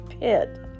pit